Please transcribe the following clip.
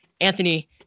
Anthony